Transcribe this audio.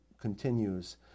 continues